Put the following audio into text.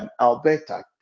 Alberta